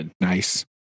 nice